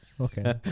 okay